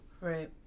Right